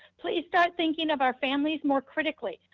please start thinking of our families more critically.